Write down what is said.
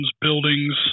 buildings